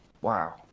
Wow